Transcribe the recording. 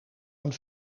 aan